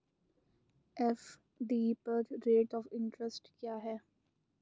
FD पर rate of interest क्या है?